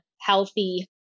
healthy